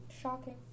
Shocking